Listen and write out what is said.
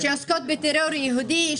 שעוסקות בטרור יהודי,